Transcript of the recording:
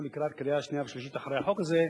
לקראת הקריאה השנייה והשלישית בחוק הזה,